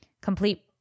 complete